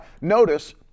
notice